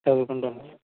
చదువుకుంటాను సార్